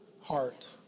heart